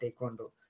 Taekwondo